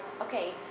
okay